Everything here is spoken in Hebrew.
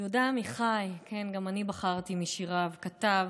יהודה עמיחי, כן, גם אני בחרתי משיריו, כתב: